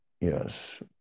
yes